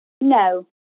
No